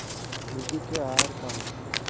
मुर्गी के आहार का होखे?